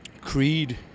Creed